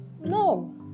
No